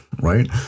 right